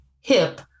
hip